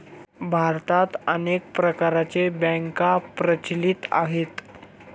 भारतात अनेक प्रकारच्या बँका प्रचलित आहेत